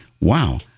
wow